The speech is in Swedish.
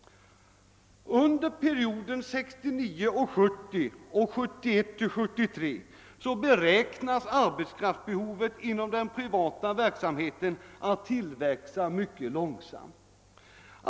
Under perioden 1969—1970 samt under 1971—1973 beräknas arbetskraftsbehovet inom den privata verksamheten tillväxa mycket långsamt.